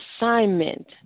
assignment